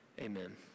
Amen